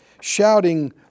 Shouting